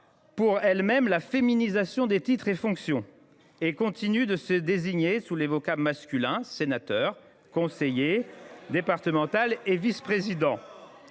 pour elle même la féminisation des titres et des fonctions et continue de se désigner sous les vocables masculins :« sénateur »,« conseiller départemental » et « vice président